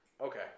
okay